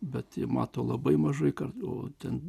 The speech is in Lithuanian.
bet mato labai mažai kartu ten